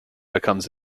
becomes